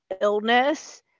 illness